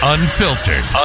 Unfiltered